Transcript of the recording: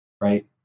Right